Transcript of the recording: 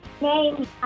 name